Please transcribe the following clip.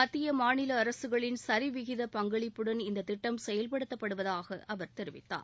மத்திய மாநில அரசுகளின் சரிவிகித பங்களிப்புடன் இந்த திட்டம் செயல்படுத்தப்படுவதாக அவர் தெரிவித்தார்